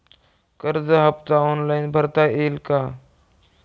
कर्ज हफ्ता ऑनलाईन भरता येईल का?